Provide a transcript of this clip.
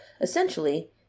essentially